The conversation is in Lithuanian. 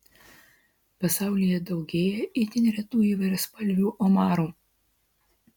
pasaulyje daugėja itin retų įvairiaspalvių omarų